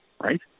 right